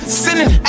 sinning